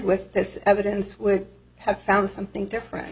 with this evidence would have found something different